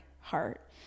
heart